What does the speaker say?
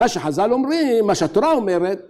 ‫מה שחז"ל אומרים, מה שהתורה אומרת.